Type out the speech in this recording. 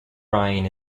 ryan